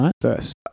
First